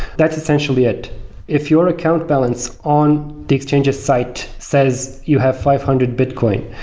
that's essentially it if your account balance on the exchange of site says you have five hundred bitcoin,